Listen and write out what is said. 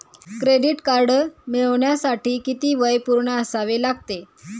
Credit card मिळवण्यासाठी किती वय पूर्ण असावे लागते?